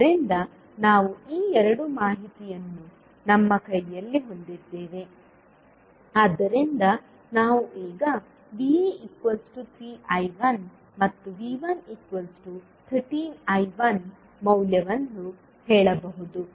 ಆದ್ದರಿಂದ ನಾವು ಈ ಎರಡು ಮಾಹಿತಿಯನ್ನು ನಮ್ಮ ಕೈಯಲ್ಲಿ ಹೊಂದಿದ್ದೇವೆ ಆದ್ದರಿಂದ ನಾವು ಈಗ Va3I1 ಮತ್ತು V113I1 ಮೌಲ್ಯವನ್ನು ಹೇಳಬಹುದು